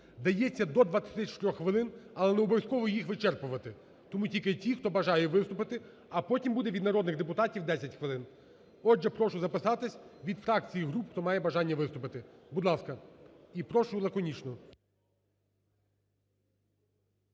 Дається до 24 хвилин, але не обов'язково їх вичерпувати. Тому тільки ті, хто бажає вступити. А потім буде від народних депутатів 10 хвилин. Отже, прошу записатись від фракцій і груп, хто має бажання виступити. Будь ласка. І прошу лаконічно.